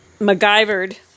MacGyvered